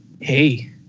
hey